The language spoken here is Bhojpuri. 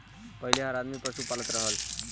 पहिले हर आदमी पसु पालत रहल